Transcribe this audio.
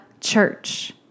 church